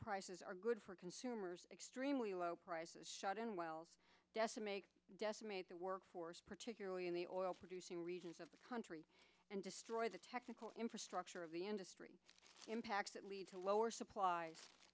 prices are good for consumers extremely low prices shot in while decimate decimate the workforce particularly in the oil producing regions of the country and destroy the technical infrastructure of the industry impacts that lead to lower supplies